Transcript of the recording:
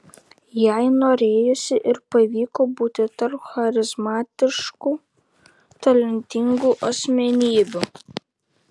jai norėjosi ir pavyko būti tarp charizmatiškų talentingų asmenybių